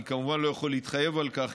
אני כמובן לא יכול להתחייב על כך,